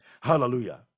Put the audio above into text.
hallelujah